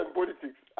politics